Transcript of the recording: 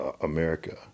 america